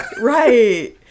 Right